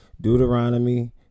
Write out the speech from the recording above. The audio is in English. deuteronomy